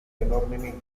enormemente